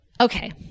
Okay